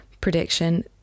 prediction